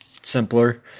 simpler